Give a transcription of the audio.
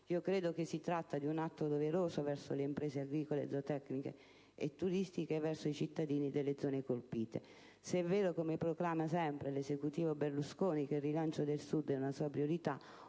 Credo si tratti di un atto doveroso verso le imprese agricole, zootecniche e turistiche e verso i cittadini delle zone colpite. Se evero, come proclama sempre l’Esecutivo Berlusconi, che il rilancio del Sud e una sua priorita,